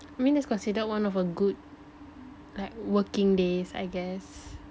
I mean that's considered one of a good like working days I guess